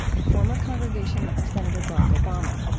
the former congregation of senator barack obama.